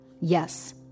Yes